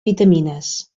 vitamines